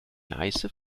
neiße